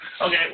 Okay